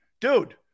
dude